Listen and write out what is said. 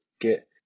get